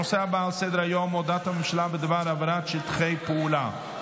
הנושא הבא על סדר-היום הוא הודעת הממשלה בדבר העברת שטחי פעולה.